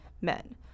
men